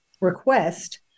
request